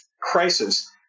crisis